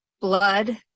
blood